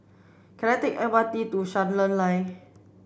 can I take M R T to Charlton Lane